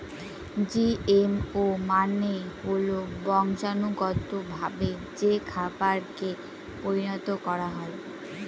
GMO মানে হল বংশানুগতভাবে যে খাবারকে পরিণত করা হয়